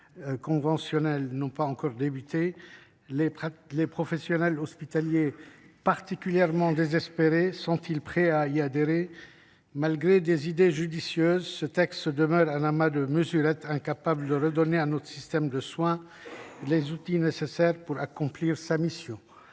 conventionnelles n’ont pas encore repris ? Les professionnels hospitaliers, particulièrement désespérés, sont ils prêts à y adhérer ? Malgré quelques idées judicieuses, ce texte demeure un amas de mesurettes qui ne permettront pas de redonner à notre système de soins les outils nécessaires pour accomplir sa mission.